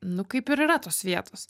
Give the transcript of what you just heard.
nu kaip ir yra tos vietos